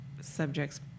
subjects